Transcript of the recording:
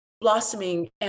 blossoming